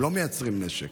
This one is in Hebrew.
הם לא מייצרים נשק.